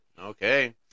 Okay